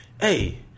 hey